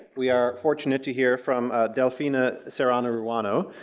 we are fortunate to hear from delfina serrano ruano,